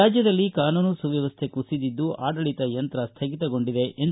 ರಾಜ್ಯದಲ್ಲಿ ಕಾನೂನು ಸುವ್ಯವಸ್ಟೆ ಕುಸಿದಿದ್ದು ಆಡಳಿತ ಯಂತ್ರ ಸ್ವಗಿತಗೊಂಡಿದೆ ಎಂದು ಟೀಕಿಸಿದರು